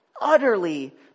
utterly